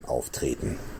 auftreten